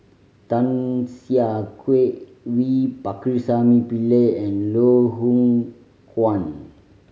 Tan Siah Kwee V Pakirisamy Pillai and Loh Hoong Kwan